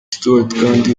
stuart